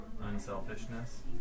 unselfishness